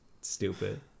Stupid